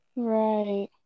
right